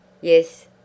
Yes